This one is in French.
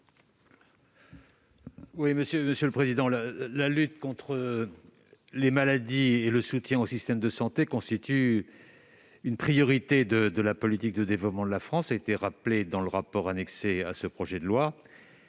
du Gouvernement ? La lutte contre les maladies et le soutien au système de santé constituent une priorité de la politique de développement de la France, comme le rappelle le rapport annexé au projet de loi.